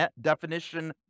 definition